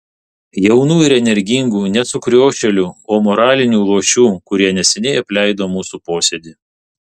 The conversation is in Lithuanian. jaunų ir energingų ne sukriošėlių ir moralinių luošių kurie neseniai apleido mūsų posėdį